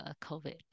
COVID